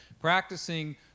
practicing